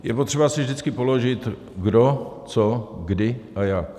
Je potřeba si vždycky položit : kdo, co, kdy a jak.